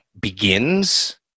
begins